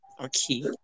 okay